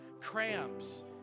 cramps